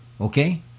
Okay